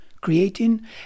creating